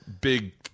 big –